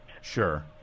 Sure